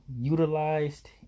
utilized